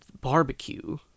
barbecue